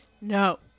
No